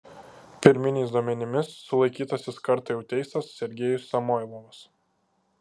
pirminiais duomenimis sulaikytasis kartą jau teistas sergejus samoilovas